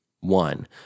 one